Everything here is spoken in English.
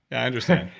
i understand.